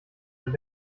und